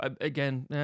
Again